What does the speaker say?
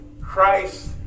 Christ